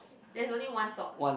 there is only one sock